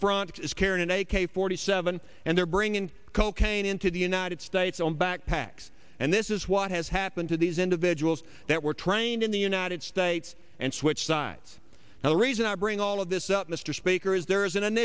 a k forty seven and they're bringing cocaine into the united states on backpacks and this is what has happened to these individuals that were trained in the united states and switch sides and the reason i bring all of this up mr speaker as there is